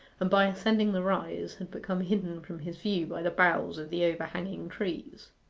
and by ascending the rise had become hidden from his view by the boughs of the overhanging trees.